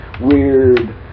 weird